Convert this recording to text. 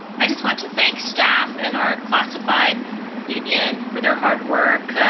i just want to thank staff and our classified union for their hard work.